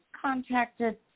Contacted